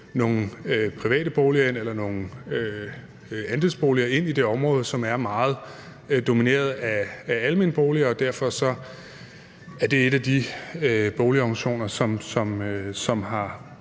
nogle private boliger eller andelsboliger ind i de områder, som er meget domineret af almene boliger, og derfor er det en af de boligorganisationer, som har